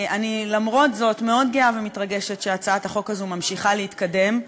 אני למרות זאת מאוד גאה ומתרגשת שהצעת החוק הזאת ממשיכה להתקדם,